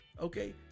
Okay